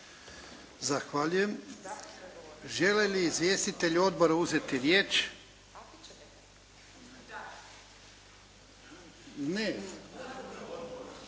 Zahvaljujem. Žele li izvjestitelji Odbora uzeti riječ? …